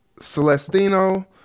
Celestino